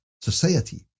society